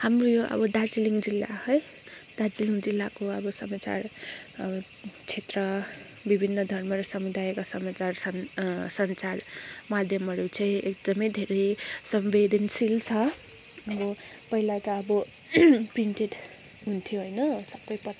हाम्रो यो अब दार्जिलिङ जिल्ला है दार्जिलिङ जिल्लाको अब समाचार अब क्षेत्र विभिन्न धर्म र समुदायका समचार सञ्चार माध्यमहरू चाहिँ एकदमै धेरै सम्वेदनशील छ अब पहिला त अब प्रिन्टेड हुन्थ्यो होइन सबै पत्र